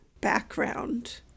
background